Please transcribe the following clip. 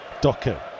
Docker